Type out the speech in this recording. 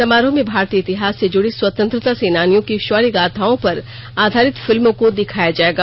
समारोह में भारतीय इतिहास से जुड़ी स्वतंत्रता सेनानियों की शौर्य गाथाओं पर आधारित फिल्मों को दिखाया जाएगा